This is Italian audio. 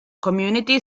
community